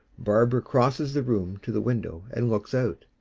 barbara crosses the room to the window and looks out.